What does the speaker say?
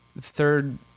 third